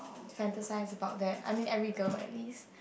fantasize about that I mean every girl at least